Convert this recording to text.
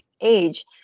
age